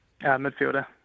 Midfielder